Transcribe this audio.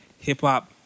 Hip-hop